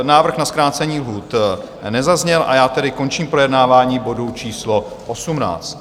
Návrh na zkrácení lhůt nezazněl, a já tedy končím projednávání bodu číslo 18.